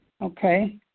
Okay